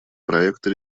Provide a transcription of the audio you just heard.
проекта